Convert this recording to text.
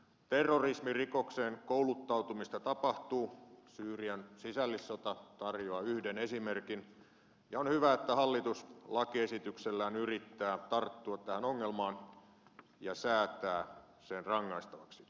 terrorismirikokseen kouluttautumista tapahtuu syyrian sisällissota tarjoaa yhden esimerkin ja on hyvä että hallitus lakiesityksellään yrittää tarttua tähän ongelmaan ja säätää sen rangaistavaksi